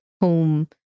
home